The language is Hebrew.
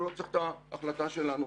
הוא לא צריך את ההחלטה שלנו,